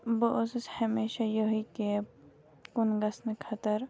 بہٕ ٲسٕس ہمیشہ یِہٕے کیب کُن گژھنہٕ خٲطرٕ